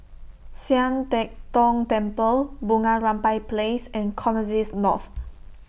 Sian Teck Tng Temple Bunga Rampai Place and Connexis North